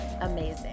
amazing